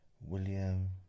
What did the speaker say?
William